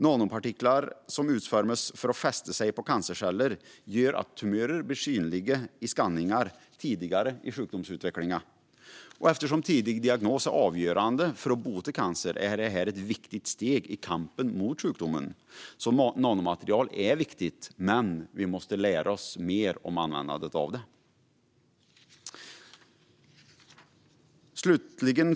Nanopartiklar som utformats för att fästa sig på cancercellerna gör tumörer synliga i skanningar tidigare under sjukdomsutvecklingen. Eftersom tidig diagnos är avgörande för att bota cancer är detta ett viktigt steg i kampen mot sjukdomen. Nanomaterial är alltså viktigt. Men vi måste lära oss mer om användandet av det. Fru talman!